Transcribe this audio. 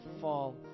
fall